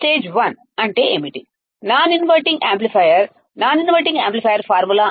stage one ఏమిటి non inverting amplifier non inverting amplifier సూత్రం